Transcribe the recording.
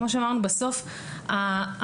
כמו שאמרנו, בסוף ההצדקה